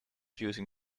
using